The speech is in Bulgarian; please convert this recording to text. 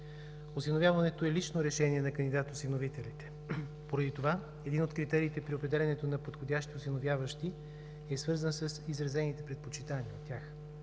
Осиновяването е лично решение на кандидат-осиновителите. Поради това един от критериите при определянето на подходящи осиновяващи е свързан с изразените предпочитания от тях.